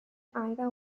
either